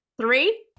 Three